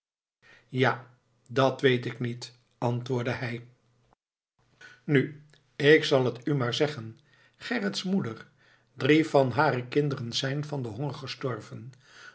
ja dat weet ik niet antwoordde hij nu ik zal het u maar zeggen gerrits moeder drie van hare kinderen zijn van den honger gestorven